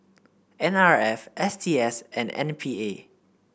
N R F S T S and M P A